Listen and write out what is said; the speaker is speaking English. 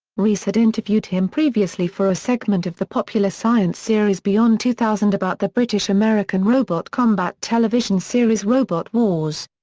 rees had interviewed him previously for a segment of the popular science series beyond two thousand about the british american robot combat television series robot wars.